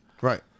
Right